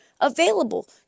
available